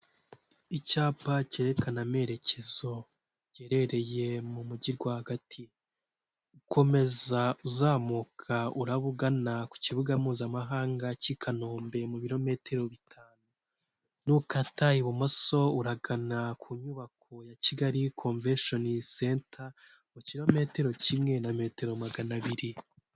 Icyapa kerekana amerekezo giherereye mu mujyi rwagati komeza uzamuka uraba ugana ku kibuga mpuzamahanga k'i Kanombe mu birometero bitanu, nukata ibumoso uragana ku nyubako ya Kigali komveshoni senta mu kilometero kimwe na metero maganabiri.